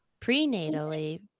prenatally